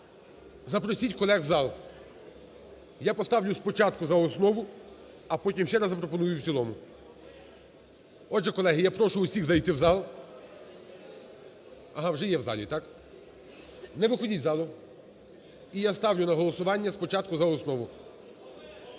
Запросіть колег у зал. Я поставлю спочатку за основу, а потім ще раз запропоную в цілому. Отже, колеги, я прошу всіх зайти у зал. Ага, вже є у залі, так. Не виходіть із залу. І я ставлю на голосування спочатку за основу.